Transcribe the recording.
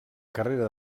carrera